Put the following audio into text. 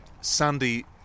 Sandy